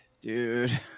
dude